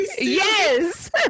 Yes